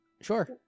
Sure